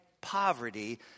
poverty